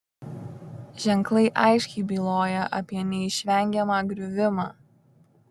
ženklai aiškiai byloja apie neišvengiamą griuvimą